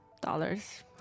dollars